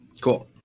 Cool